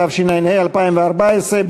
התשע"ה 2014,